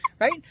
right